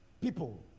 people